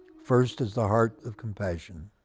first is the heart of compassion,